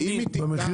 בסעיף